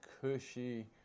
cushy